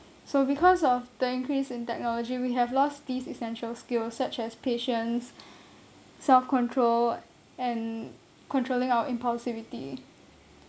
so because of the increase in technology we have lost these essential skills such as patience self control and controlling our impulsivity